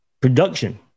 Production